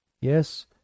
yes